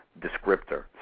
descriptor